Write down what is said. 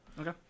Okay